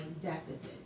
deficits